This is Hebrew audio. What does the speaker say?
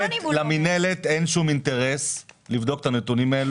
למינהלת אין שום אינטרס לבדוק את הנתונים האלו